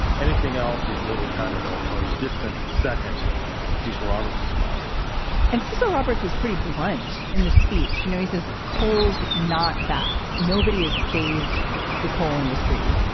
anything else is really kind of a ah distant second in cecil roberts as mod and cecil roberts was pretty blunt in the speech you know he says coal's not back. nobody is saved the coal industry.